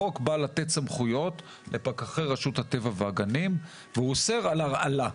החוק בא לתת סמכויות לפקחי רשות הטבע והגנים והוא אוסר על הרעלה.